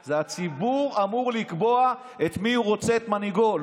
אלא הציבור אמור לקבוע את מי הוא רוצה כמנהיגו,